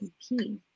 key